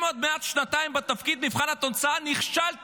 אתם עוד מעט שנתיים בתפקיד, במבחן התוצאה נכשלתם.